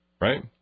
right